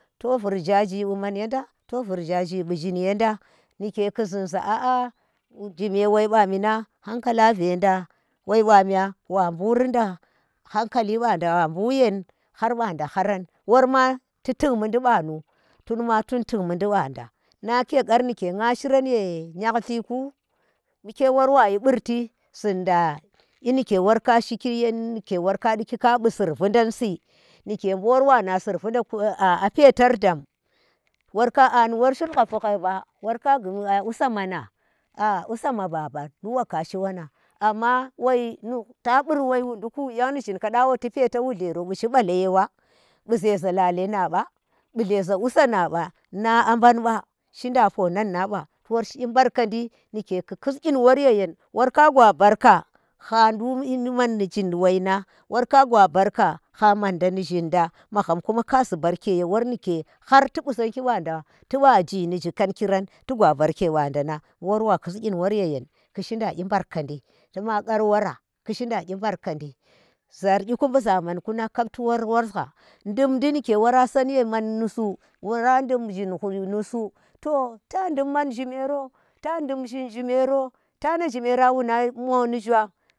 To vur ghaaji bu man yenda to vur ghaaji bu zhun yenda nike ku a a jime woi wami nang hankala venda. Woi wa myan wa burinda hankali banda wa bu yen har banda haran, worma tu tuk mudi banu tun ma tuu tik mudi banda. Nna ke ƙar ndike nya shi ran ye ngyhallirku, bu kewor wayi burti zunda kyi nike wor kashi yen nike wor kadiki kabi survudansi, nike bu wor wa nna survadand ku a a petar dam worka a nu war shul hha vughai ba wur ka vur maa, usamma nana usamma baba nduk wakashi wanang, anna woi nu ta bur wai wu nduku, nyan nishin kadawa tu pota wullero bushi bala yorwa bu zeza lale na ba, bu zeza usa na ba na banba shinda ponannaba, tuwor shi kyi nbarka di nike ku kus kyin wor yeyen war ka gwa barka, ha ndule ni man ni zaman nana kab tu wor wurna. Dum di nike wora san ye man nusu wora dum zhin hur nusu to ta ndun man zhitmero to ndum zhin zhimero tana zhmera wuna mo nu zhua.